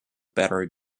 better